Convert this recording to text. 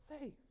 faith